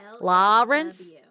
Lawrence